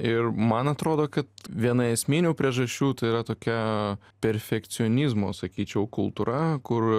ir man atrodo kad viena esminių priežasčių tai yra tokia perfekcionizmo sakyčiau kultūra kur